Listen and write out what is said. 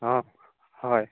অঁ হয়